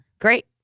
Great